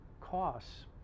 costs